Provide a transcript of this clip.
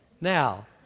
Now